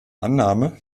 annahme